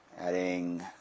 adding